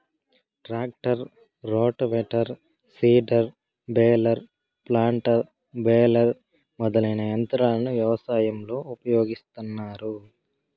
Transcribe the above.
tractor, rotavator, seeder, baler, planter, baler మొదలైన యంత్రాలను వ్యవసాయంలో ఉపయోగిస్తాన్నారు